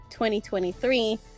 2023